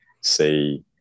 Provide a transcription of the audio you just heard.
say